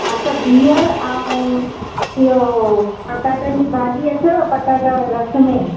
हा त बिहु ऐं इहो पटाटनि जी भाॼी अथव पटाटा रस में